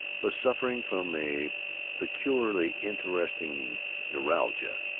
was suffering from a peculiarly interesting neuralgia,